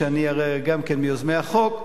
שאני הרי גם כן מיוזמי החוק,